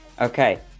Okay